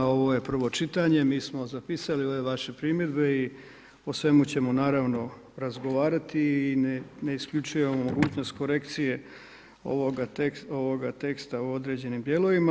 Ovo je prvo čitanje mi smo zapisali ove vaše primjedbe i o svemu ćemo naravno razgovarati i ne isključujemo mogućnost korekcije ovoga teksta u određenim dijelovima.